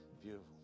beautiful